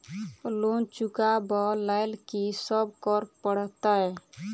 Loan चुका ब लैल की सब करऽ पड़तै?